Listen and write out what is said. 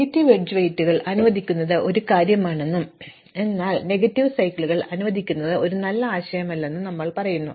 negative edge വെയ്റ്റുകൾ അനുവദിക്കുന്നത് ഒരു കാര്യമാണെന്നും എന്നാൽ നെഗറ്റീവ് സൈക്കിളുകൾ അനുവദിക്കുന്നത് നല്ല ആശയമല്ലെന്നും ഞങ്ങൾ പറഞ്ഞു